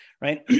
Right